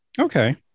okay